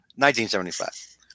1975